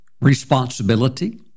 responsibility